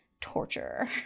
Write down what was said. torture